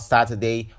Saturday